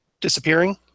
disappearing